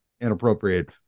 inappropriate